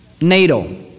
NATO